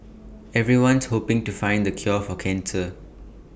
everyone's hoping to find the cure for cancer